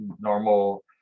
normal